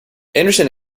anderson